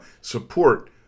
Support